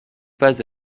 pas